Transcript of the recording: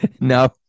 No